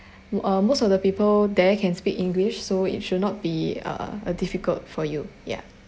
uh most of the people there can speak english so it should not be uh a difficult for you ya